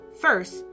First